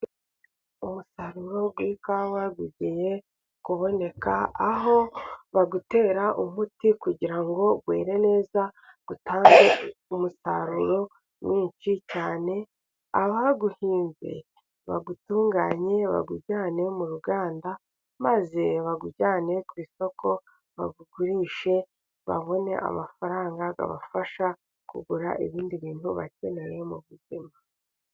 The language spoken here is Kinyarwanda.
Umusaruro w'ikawa ugiye kuboneka, aho bawutera umuti kugira ngo were neza utange umusaruro mwinshi cyane, abawuhinze bawutunganye bawujyane mu ruganda, maze bawujyane ku isoko bawugurishe babone amafaranga abafasha kugura ibindi bintu bakeneye mu buzima.